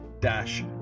dash